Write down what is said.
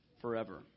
forever